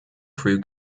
crew